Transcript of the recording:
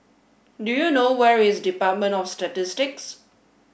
do you know where is Department of Statistics